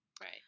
Right